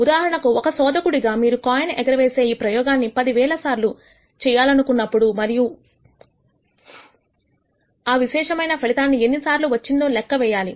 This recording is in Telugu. ఉదాహరణకు ఒక శోధకుడిగా మీరు కాయిన్ ఎగరవేసే ఈ ప్రయోగాన్ని 10000 సార్లు N సార్లు చేయాలనుకుంటే మరియు అప్పుడు ఒక విశేషమైన ఫలితాన్ని ఎన్నిసార్లు వచ్చిందో లెక్క వేయాలి